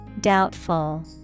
Doubtful